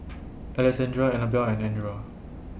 Alexandria Anabelle and Edra